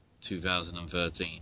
2013